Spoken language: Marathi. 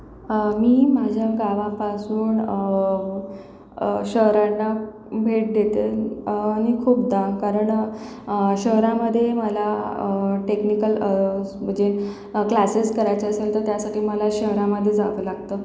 मी माझ्या गावापासून शहरांना भेट देते आणि खूपदा कारण शहरामध्ये मला टेक्निकल म्हणजे क्लासेस करायचे असेल तर त्यासाठी मला शहरामध्ये जावं लागतं